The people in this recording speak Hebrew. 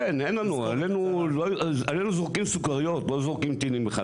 כן, עלינו זורקים סוכריות, לא זורקים טילים בכלל.